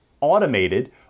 automated